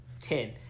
Ten